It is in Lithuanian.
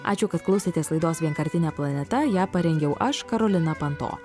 ačiū kad klausėtės laidos vienkartinė planeta ją parengiau aš karolina panto